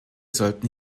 sollten